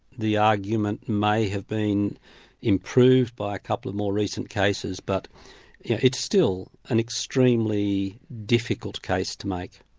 the argument may have been improved by a couple of more recent cases, but it's still an extremely difficult case to make.